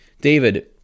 David